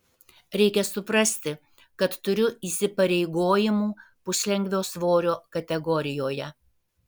reikia suprasti kad turiu įsipareigojimų puslengvio svorio kategorijoje